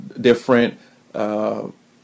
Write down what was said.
different